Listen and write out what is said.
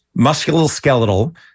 musculoskeletal